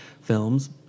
films